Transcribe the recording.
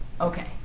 Okay